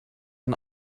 ein